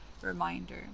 reminder